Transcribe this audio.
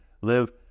live